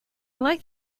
like